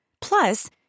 Plus